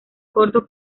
corto